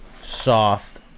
soft